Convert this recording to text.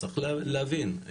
צריך להבין,